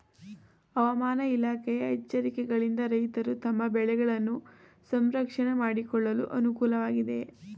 ಹವಾಮಾನ ಇಲಾಖೆಯ ಎಚ್ಚರಿಕೆಗಳಿಂದ ರೈತರು ತಮ್ಮ ಬೆಳೆಗಳನ್ನು ಸಂರಕ್ಷಣೆ ಮಾಡಿಕೊಳ್ಳಲು ಅನುಕೂಲ ವಾಗಿದೆಯೇ?